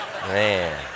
man